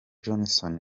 johnson